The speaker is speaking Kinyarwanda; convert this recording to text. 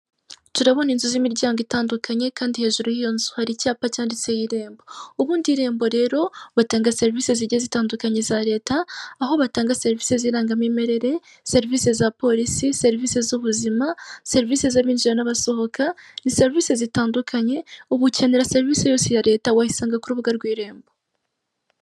Turabona inzu z'imiryango itandukanye kandi hejuru y'iyo nzu hariho icyapa cyanditseho Irembo, ubundi Irembo rero batanga serivisi zigiye zitandukanye za Leta, aho batanga serivisi z'irangamimerere, serivisi za porisi, serivisi z'ubuzima, serivisi z'abinjira n'abasohoka, ni serivisi zitandukanye, ubu ukenera serivisi yose ya Leta, wayisanga ku rubuga rw'Irembo.